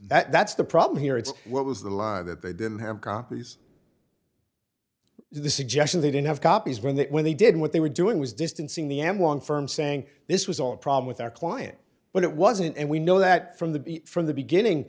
radios that's the problem here it's what was the law that they didn't have copies the suggestion they didn't have copies when they when they did what they were doing was distancing the m one firm saying this was all a problem with our client but it wasn't and we know that from the from the beginning